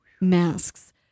masks